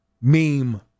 meme